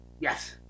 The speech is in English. Yes